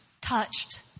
touched